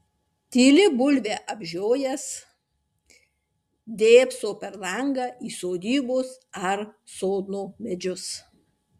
tyli bulvę apžiojęs dėbso per langą į sodybos ar sodno medžius